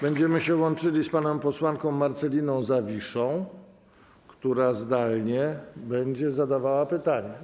Będziemy się łączyli z panią posłanką Marceliną Zawiszą, która zdalnie będzie zadawała pytania.